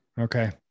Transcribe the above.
Okay